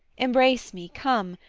embrace me, come,